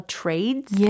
trades